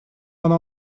она